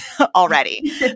already